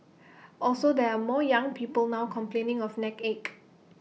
also there are more young people now complaining of neck ache